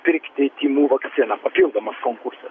pirkti tymų vakciną papildomas konkursas